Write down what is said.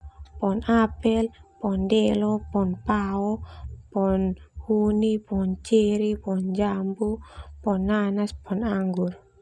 Pohon apel, pohon delo, pohon pao, pohon huni, pohon ceri, pohon jambu, pohon nanas, pohon anggur.